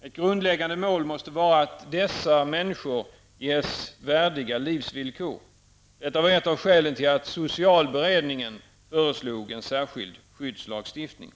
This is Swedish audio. Ett grundläggande mål måste vara att dessa människor ges värdiga livsvillkor. Detta var ett av skälen till att socialberedningen föreslog en särskild skyddslagstiftning.